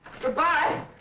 Goodbye